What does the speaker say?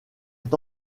est